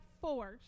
force